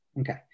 Okay